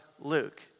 Luke